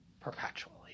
perpetually